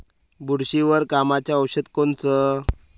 बुरशीवर कामाचं औषध कोनचं?